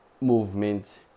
movement